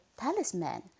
Talisman